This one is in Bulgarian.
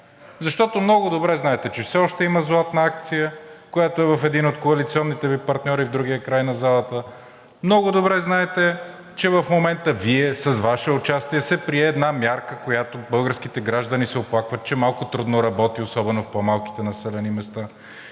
Защото много добре знаете, че все още има златна акция, която е в един от коалиционните Ви партньори в другия край на залата. Много добре знаете, че в момента Вие, с Ваше участие, се прие една мярка, която българските граждани се оплакват, че малко трудно работи, особено в по-малките населени места.